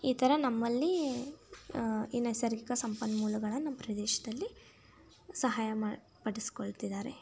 ಈ ಥರ ನಮ್ಮಲ್ಲಿ ಈ ನೈಸರ್ಗಿಕ ಸಂಪನ್ಮೂಲಗಳನ್ನು ನಮ್ಮ ಪ್ರದೇಶದಲ್ಲಿ ಸಹಾಯ ಮಾ ಪಡಿಸಿಕೊಳ್ತಿದ್ದಾರೆ